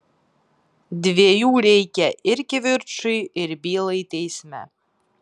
dviejų reikia ir kivirčui ir bylai teisme